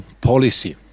policy